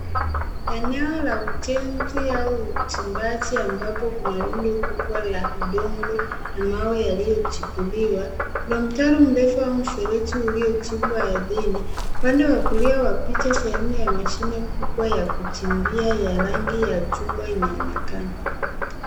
Eneo la ujenzi au uchimbaji ambapo kuna rundo kubwa la udongo na mawe yalilio chipuliwa. Kuna mtaro mrefu au mfereji uliochimbwa ardhini upande wa kulia wa picha sehemu ya mashine kubwa ya kuchimbia ya rangi ya chungwa inaonekana.